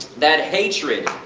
that hatred,